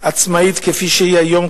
עצמאית כפי שהיא היום,